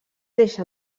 deixa